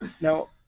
Now